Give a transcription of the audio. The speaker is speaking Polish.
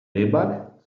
rybak